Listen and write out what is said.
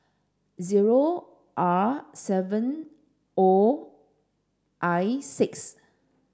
zero R seven O I six